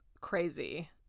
crazy